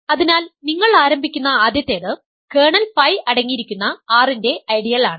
അതിനാൽ നിങ്ങൾ ആരംഭിക്കുന്ന ആദ്യത്തേത് കേർണൽ ഫൈ അടങ്ങിയിരിക്കുന്ന R ന്റെ ഐഡിയൽ ആണ്